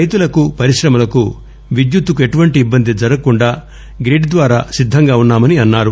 రైతులకు పరిశ్రమలకు విద్యుత్ ఎటువంటి ఇబ్బంది జరగకుండా గ్రిడ్స్ ద్వారా సిద్దంగా ఉన్నామని అన్నారు